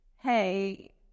hey